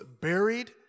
buried